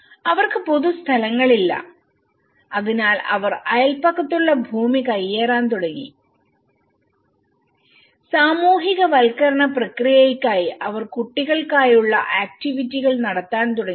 അവർക്ക് പൊതുസ്ഥലങ്ങളില്ല അതിനാൽ അവർ അയൽപക്കത്തുള്ള ഭൂമി കയ്യേറാൻ തുടങ്ങി സാമൂഹികവൽക്കരണ പ്രക്രിയയ്ക്കായി അവർ കുട്ടികൾക്കായുള്ള ആക്ടിവിറ്റികൾ നടത്താൻ തുടങ്ങി